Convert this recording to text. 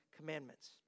commandments